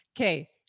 Okay